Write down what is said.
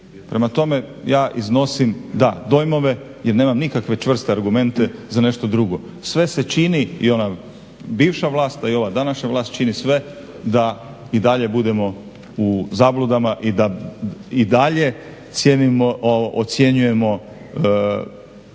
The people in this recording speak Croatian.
Prema tome, ja iznosim da dojmove jer nemam nikakve čvrste argumente za nešto drugo. Sve se čini i ona bivša vlast, a i ova današnja vlast čini sve da i dalje budemo u zabludama i da i dalje ocjenjujemo